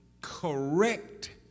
correct